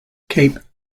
cape